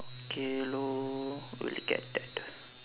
okay lor we'll get that